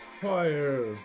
fire